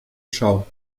schau